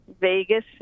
Vegas